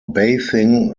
bathing